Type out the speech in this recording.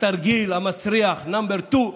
המסריח number 2,